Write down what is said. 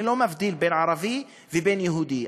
אני לא מבדיל בין ערבי ובין יהודי.